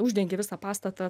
uždengė visą pastatą